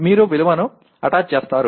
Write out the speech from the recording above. మీరు విలువను అటాచ్ చేస్తారు